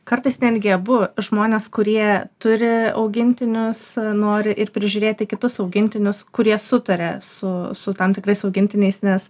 kartais netgi abu žmonės kurie turi augintinius nori ir prižiūrėti kitus augintinius kurie sutaria su su tam tikrais augintiniais nes